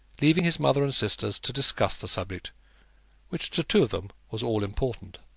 leaving his mother and sisters to discuss the subject which to two of them was all-important.